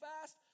fast